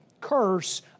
curse